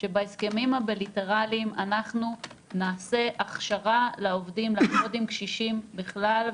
שבהסכמים הבילטראליים אנחנו נעשה הכשרה לעובדים שיוכלו